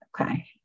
Okay